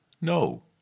No